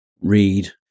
read